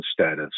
status